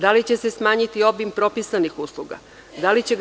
Da li će se smanjiti obim propisanih usluga?